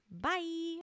Bye